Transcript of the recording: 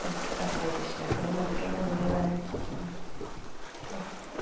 नाथुर बायदि बायदि सिना खौलाय मोनहैखायो ना गुरहैब्लानो